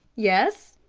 yes,